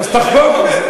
אז תחגוג.